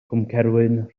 cwmcerwyn